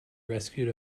rescued